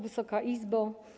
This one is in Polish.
Wysoka Izbo!